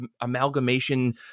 amalgamation